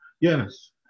Yes